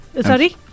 Sorry